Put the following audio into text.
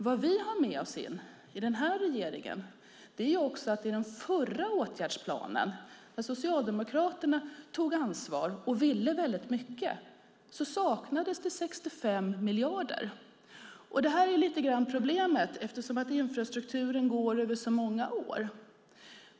Vad vi har med oss in i denna regering är också att det i den förra åtgärdsplanen, när Socialdemokraterna tog ansvar och ville väldigt mycket, saknades 65 miljarder. Detta är lite grann problemet, eftersom infrastrukturen går över så många år.